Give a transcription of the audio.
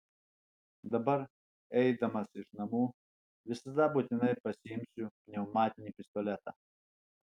dabar eidamas iš namų visada būtinai pasiimsiu pneumatinį pistoletą